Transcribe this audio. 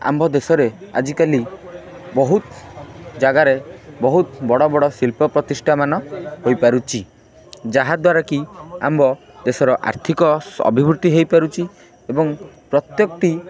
ଆମ୍ଭ ଦେଶରେ ଆଜିକାଲି ବହୁତ ଜାଗାରେ ବହୁତ ବଡ଼ ବଡ଼ ଶିଳ୍ପ ପ୍ରତିଷ୍ଠାମାନ ହୋଇପାରୁଛି ଯାହାଦ୍ୱାରା କି ଆମ୍ଭ ଦେଶର ଆର୍ଥିକ ସ ଅଭିବୃଦ୍ଧି ହେଇପାରୁଛି ଏବଂ ପ୍ରତ୍ୟେକଟି